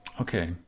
Okay